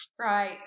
Right